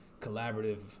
collaborative